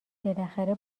بالاخره